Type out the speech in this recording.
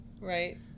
Right